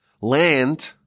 land